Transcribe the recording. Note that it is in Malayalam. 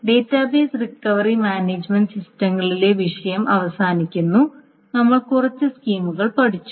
ഡാറ്റാബേസ് റിക്കവറി മാനേജുമെന്റ് സിസ്റ്റങ്ങളിലെ വിഷയം അവസാനിക്കുന്നു നമ്മൾ കുറച്ച് സ്കീമുകൾ പഠിച്ചു